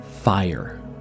fire